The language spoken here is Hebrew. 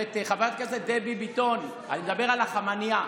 חברת הכנסת דבי ביטון, אני מדבר על החמנייה.